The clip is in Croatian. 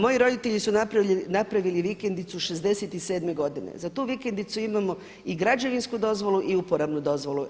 Moji roditelji su napravili vikendicu '67. godine, za tu vikendicu imamo i građevinsku dozvolu i uporabnu dozvolu.